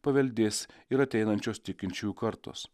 paveldės ir ateinančios tikinčiųjų kartos